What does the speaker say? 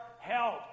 help